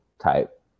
type